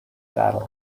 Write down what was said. saddle